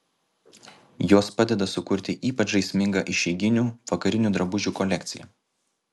jos padeda sukurti ypač žaismingą išeiginių vakarinių drabužių kolekciją